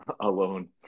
alone